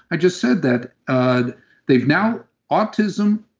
i just said that um they've now autism,